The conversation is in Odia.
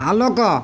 ଆାଲୋକ